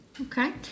Okay